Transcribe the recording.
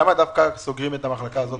למה סוגרים דווקא את המחלקה הזאת?